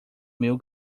meu